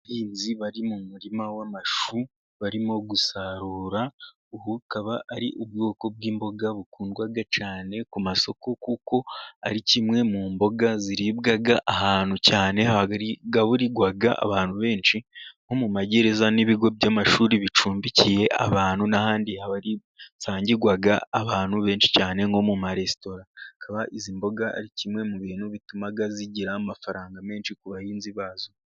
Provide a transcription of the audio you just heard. Abahinzi bari mu murima w'amashu. Barimo gusarura ubu akaba ari ubwoko bw'imboga bukundwa cyane ku masoko, kuko ari kimwe mu mboga ziribwa. Ahantu cyane hagaburirwa abantu benshi nko mu magereza n'ibigo by'amashuri bicumbikiye abantu n'ahandi hasangirwa abantu benshi cyane nko mu maresitora ,akaba izi mboga ari kimwe mu bintu bituma zigira amafaranga menshi ku bahinzi bazo.